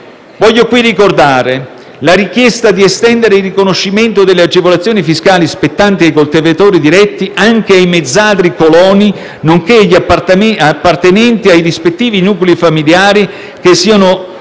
Voglio qui ricordare la richiesta di estendere il riconoscimento delle agevolazioni fiscali spettanti ai coltivatori diretti anche ai mezzadri coloni, nonché agli appartenenti ai rispettivi nuclei familiari soggetti